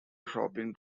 shopping